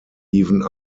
even